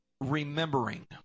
remembering